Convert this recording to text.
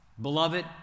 Beloved